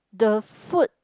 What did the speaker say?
the food